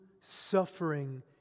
suffering